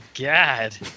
God